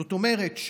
זאת אומרת,